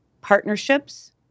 partnerships